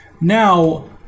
Now